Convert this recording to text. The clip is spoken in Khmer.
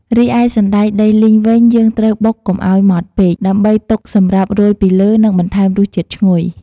រីឯសណ្ដែកដីលីងវិញយើងត្រូវបុកកុំឲ្យម៉ត់ពេក ដើម្បីទុកសម្រាប់រោយពីលើ និងបន្ថែមរសជាតិឈ្ងុយ។